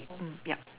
oh yup